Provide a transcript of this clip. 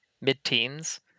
mid-teens